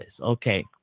okay